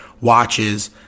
watches